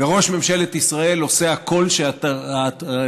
וראש ממשלת ישראל עושה הכול כדי שההחלטות